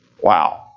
Wow